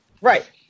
Right